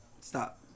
Stop